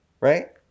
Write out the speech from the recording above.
right